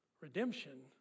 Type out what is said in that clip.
Redemption